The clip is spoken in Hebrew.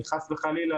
אני חס וחלילה,